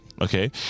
Okay